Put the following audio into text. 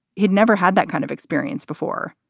he'd never had that kind of experience before.